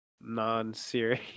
non-serious